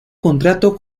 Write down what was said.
contrato